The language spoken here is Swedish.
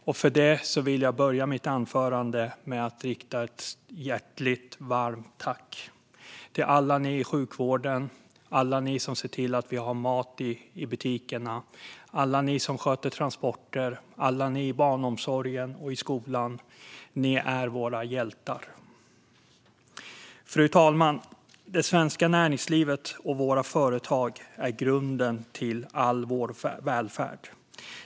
Därför vill jag börja mitt anförande med att rikta ett hjärtligt och varmt tack till alla i sjukvården, alla som ser till att vi har mat i butikerna, alla som sköter transporter, alla i barnomsorgen och skolan - ni är våra hjältar. Fru talman! Det svenska näringslivet och våra företag är grunden till all vår välfärd.